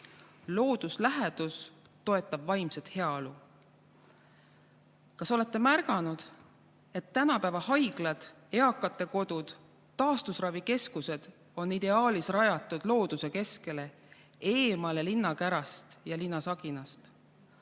Looduslähedus toetab vaimset heaolu. Kas olete märganud, et tänapäeva haiglad, eakatekodud, taastusravikeskused on ideaalis rajatud looduse keskele, eemale linnakärast ja linnasaginast?